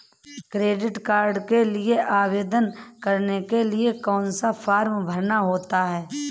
Credit card के लिए आवेदन करने के लिए कौन सा फॉर्म भरना होता है?